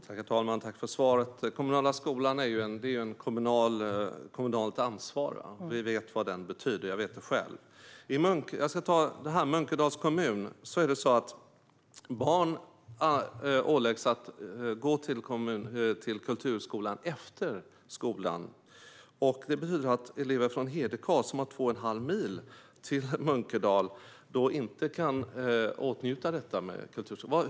Herr talman! Jag tackar för svaret. Kulturskolan är ett kommunalt ansvar. Vi vet vad den betyder; jag vet det själv. I Munkedals kommun åläggs barn att gå till kulturskolan efter skolan. Det betyder att elever från Hedekas, som har två och en halv mil till Munkedal, inte kan åtnjuta detta med kulturskolan.